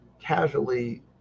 casually